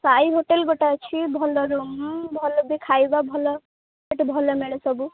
Sai hotel ଗୋଟେ ଅଛି ଭଲ ରୁମ୍ ଭଲ ବି ଖାଇବା ଭଲ ସେଠି ଭଲ ମିଳେ ସବୁ